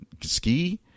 Ski